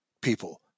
people